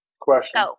Question